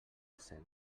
cent